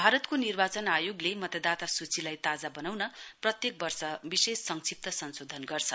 भारतको निर्वाचन आयोगले मतदाता सूचीलाई ताजा वनाउन प्रत्येक वर्ष विशेष संक्षिप्त संशोधन गर्छ